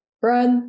bread